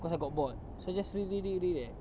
cause I got bored so I just read read read read eh